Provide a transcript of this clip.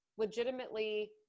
legitimately